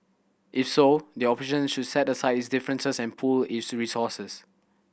if so the opposition should set aside its differences and pool its resources